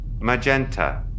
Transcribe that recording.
Magenta